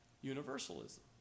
universalism